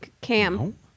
Cam